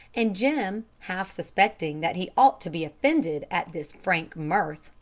and jim, half-suspecting that he ought to be offended at this frank mirth,